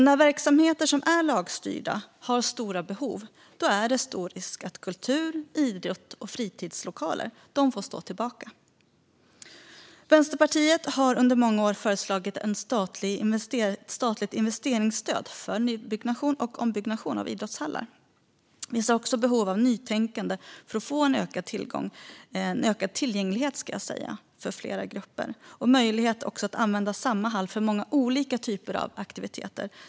När verksamheter som är lagstyrda har stora behov är det stor risk att kultur, idrotts och fritidslokaler får stå tillbaka. Vänsterpartiet har under många år föreslagit ett statligt investeringsstöd för nybyggnation och ombyggnation av idrottshallar. Vi ser också behov av nytänkande för att få ökad tillgänglighet för flera grupper och möjlighet att använda samma hall för många olika typer av aktiviteter.